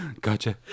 Gotcha